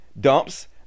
dumps